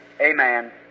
amen